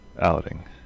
outing